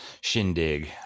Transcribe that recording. shindig